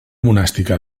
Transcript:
monàstica